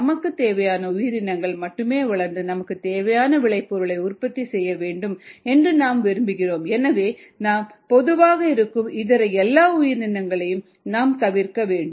நமக்கு தேவையானஉயிரினங்கள் மட்டுமே வளர்ந்து நமக்கு தேவையான விளைபொருளை உற்பத்தி செய்ய வேண்டும் என்று நாம் விரும்புகிறோம் எனவே பொதுவாக இருக்கும் இதர எல்லா உயிரினங்களையும் நாம் தவிர்க்க வேண்டும்